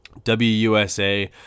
WUSA